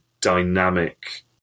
dynamic